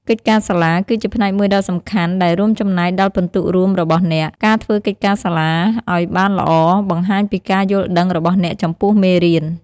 កិច្ចការសាលា គឺជាផ្នែកមួយដ៏សំខាន់ដែលរួមចំណែកដល់ពិន្ទុរួមរបស់អ្នក។ ការធ្វើកិច្ចការសាលាឱ្យបានល្អបង្ហាញពីការយល់ដឹងរបស់អ្នកចំពោះមេរៀន។